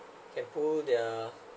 can pool their